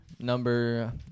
Number